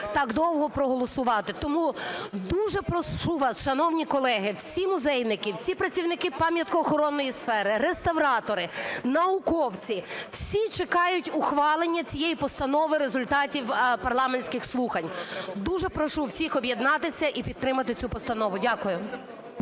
довго проголосувати. Тому дуже прошу вас, шановні колеги, всі музейники, всі працівники пам'ятко-охоронної сфери, реставратори, науковці - всі чекають ухвалення цієї постанови, результатів парламентських слухань. Дуже прошу всіх об'єднатися і підтримати цю постанову. Дякую.